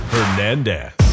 Hernandez